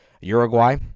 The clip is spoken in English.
Uruguay